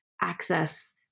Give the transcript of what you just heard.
access